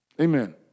Amen